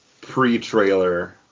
pre-trailer